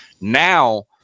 Now